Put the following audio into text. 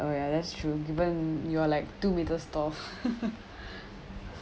oh ya that's true given you are like two metres tall